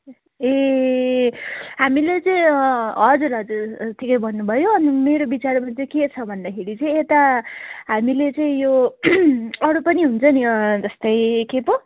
ए हामीले चाहिँ हजुर हजुर ठिकै भन्नुभयो अनि मेरो विचारमा चाहिँ के छ भन्दाखेरि चाहिँ यता हामीले चाहिँ यो अरू पनि हुन्छ नि जस्तै के पो